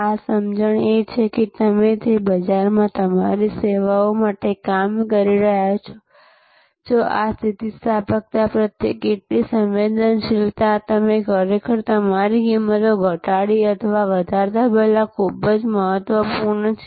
આ સમજણ છે કે તમે જે બજારમાં તમારી સેવાઓ માટે કામ કરી રહ્યા છો આ સ્થિતિસ્થાપકતા પ્રત્યે કેટલી સંવેદનશીલતા તમે ખરેખર તમારી કિંમતો ઘટાડી અથવા વધારતા પહેલા તે ખૂબ જ મહત્વપૂર્ણ છે